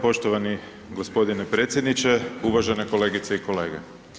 Poštovani gospodine predsjedniče, uvažene kolegice i kolege.